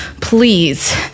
please